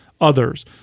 others